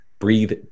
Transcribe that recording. Breathe